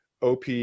OP